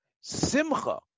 Simcha